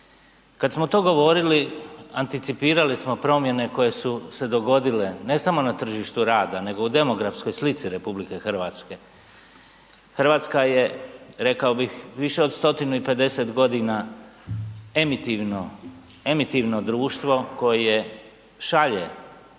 Kad smo to govorili, anticipirali smo promjene koje su se dogodile, ne samo na tržištu rada nego i u demografskoj slici RH. Hrvatska je, rekao bih, više od 150 godina emitivno, emitivno društvo koje šalje